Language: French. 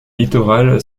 littorale